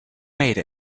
made